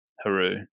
Haru